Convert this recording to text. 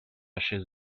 chez